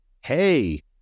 hey